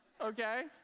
okay